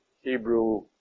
Hebrew